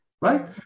right